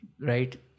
Right